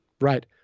Right